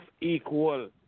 equal